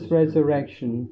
resurrection